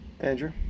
Andrew